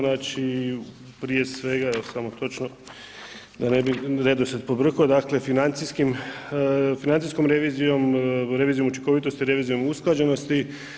Znači prije svega, evo samo točno, da ne bi redoslijed pobrkao, dakle financijskom revizijom, revizijom učinkovitosti i revizijom usklađenosti.